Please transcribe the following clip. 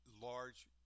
large